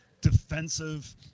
defensive